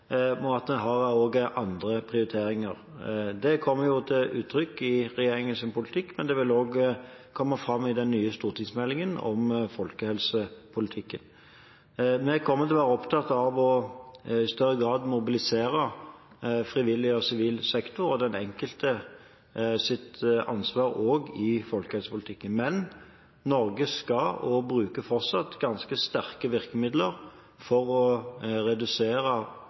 har også andre prioriteringer. Det kommer til uttrykk i regjeringens politikk, men det vil også komme fram i den nye stortingsmeldingen om folkehelsepolitikken. Vi kommer til å være opptatt av i større grad å mobilisere frivillig og sivil sektor og den enkeltes ansvar også i folkehelsepolitikken. Men Norge skal også fortsatt bruke ganske sterke virkemidler for å redusere